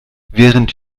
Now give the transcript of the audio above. während